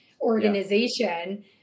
organization